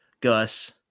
Gus